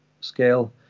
scale